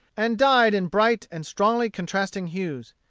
and dyed in bright and strongly contrasting hues.